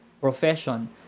profession